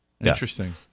Interesting